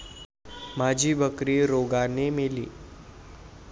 माझी बकरी रोगाने मेली